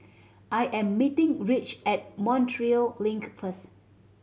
I am meeting Ridge at Montreal Link first